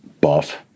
buff